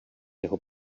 jeho